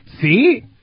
See